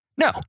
No